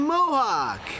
Mohawk